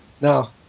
Now